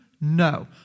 No